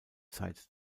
zeit